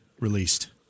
released